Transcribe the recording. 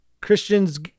Christians